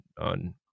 on